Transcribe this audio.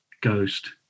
ghost